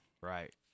Right